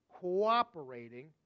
cooperating